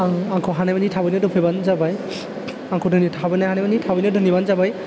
आं आंखौ हानायमानि थाबैनो दोनफैबानो जाबाय आंखौ दोनै थाबैनो हानाय मानि थाबैनो दोनहैबानो जाबाय